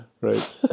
Right